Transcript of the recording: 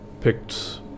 picked